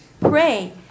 pray